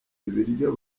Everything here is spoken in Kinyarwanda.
ibiryo